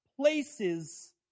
places